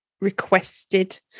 requested